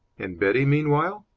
and betty, meanwhile?